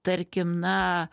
tarkim na